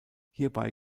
hierbei